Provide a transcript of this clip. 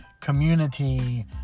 community